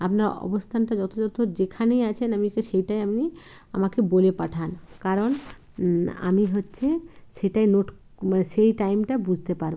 আপনার অবস্থানটা যত্রতত্র যেখানেই আছেন আমাকে সেটাই আপনি আমাকে বলে পাঠান কারণ আমি হচ্ছে সেটাই নোট মানে সেই টাইমটা বুঝতে পারব